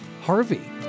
Harvey